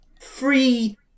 free